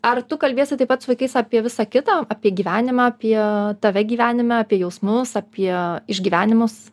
ar tu kalbiesi taip pat su vaikais apie visa kita apie gyvenimą apie tave gyvenime apie jausmus apie išgyvenimus